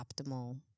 optimal